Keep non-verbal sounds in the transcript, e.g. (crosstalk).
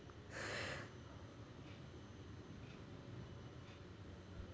(breath)